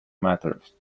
matters